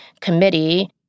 committee